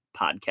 Podcast